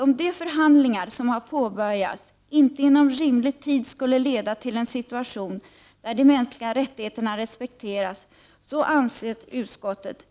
Om de förhandlingar som har påbörjats inte inom rimlig tid skulle leda till en situation där de mänskliga rättigheterna respekteras, anser utskottet